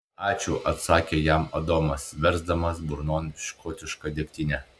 ačiū atsakė jam adomas versdamas burnon škotišką degtinę